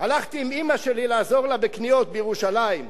הלכתי עם אמא שלי לעזור לה בקניות בירושלים.